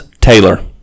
Taylor